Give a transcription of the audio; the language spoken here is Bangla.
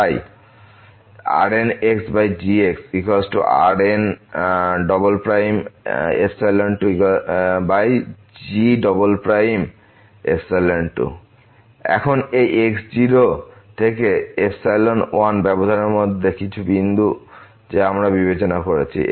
তাই RnxgxRn2g2 এখন এই x0 থেকে 1ব্যবধানের মধ্যে কিছু বিন্দু যা আমরা বিবেচনা করেছি